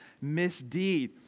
misdeed